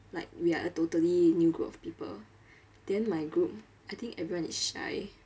like we are a totally new group of people then my group I think everyone is shy